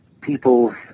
people